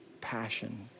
passion